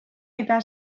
eta